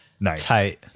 Nice